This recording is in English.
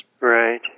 Right